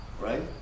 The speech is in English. Right